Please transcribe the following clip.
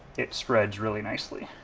it spreads really nicely.